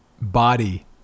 body